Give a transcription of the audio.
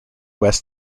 west